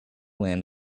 land